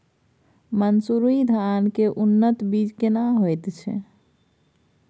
मन्सूरी धान के उन्नत बीज केना होयत छै?